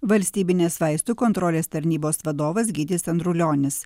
valstybinės vaistų kontrolės tarnybos vadovas gytis andrulionis